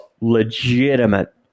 legitimate